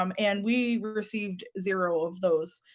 um and we received, zero of those.